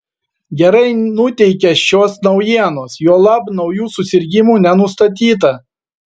gerai nuteikia šios naujienos juolab naujų susirgimų nenustatyta